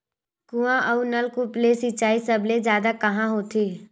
कुआं अउ नलकूप से सिंचाई सबले जादा कहां होथे?